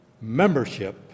Membership